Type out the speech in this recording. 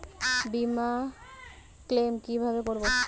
বিমা ক্লেম কিভাবে করব?